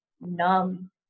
numb